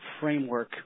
framework